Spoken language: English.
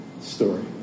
story